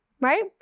right